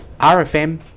RFM